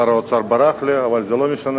שר האוצר ברח לי, אבל זה לא משנה.